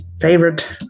favorite